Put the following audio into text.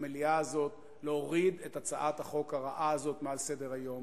למליאה הזאת: להוריד את הצעת החוק הרעה הזאת מעל סדר-היום.